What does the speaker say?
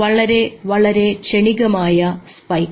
വളരെ വളരെ ക്ഷണികമായ സ്പൈക്ക്